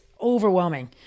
overwhelming